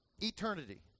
eternity